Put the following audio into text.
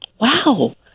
wow